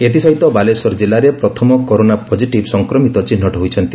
ଏଥିସହିତ ବାଲେଶ୍ୱର ଜିଲ୍ଲାରେ ପ୍ରଥମ କରୋନା ପଜିଟିଭ୍ ସଂକ୍ରମିତ ଚିହ୍ବଟ ହୋଇଛନ୍ତି